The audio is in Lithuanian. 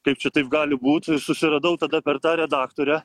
kaip čia taip gali būt susiradau tada per tą redaktore